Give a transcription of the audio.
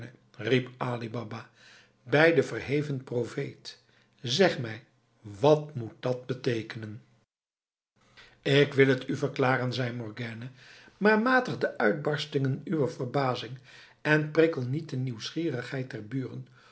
baba bij den verheven profeet zeg mij wat moet dat beteekenen ik wil het u verklaren zei morgiane maar matig de uitbarstingen uwer verbazing en prikkel niet de nieuwsgierigheid der buren